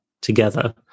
together